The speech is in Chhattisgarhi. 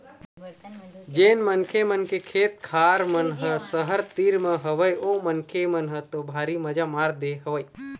जेन मनखे मन के खेत खार मन ह सहर तीर म हवय ओ मनखे मन ह तो भारी मजा मार दे हवय